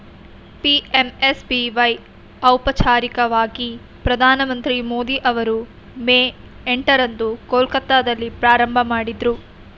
PMSBY ಔಪಚಾರಿಕವಾಗಿ ಪ್ರಧಾನಮಂತ್ರಿ ಮೋದಿ ಅವರು ಮೇ ಎಂಟ ರಂದು ಕೊಲ್ಕತ್ತಾದಲ್ಲಿ ಪ್ರಾರಂಭಮಾಡಿದ್ರು